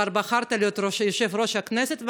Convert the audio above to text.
אבל בחרת להיות יושב-ראש הכנסת.